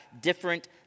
different